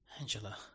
Angela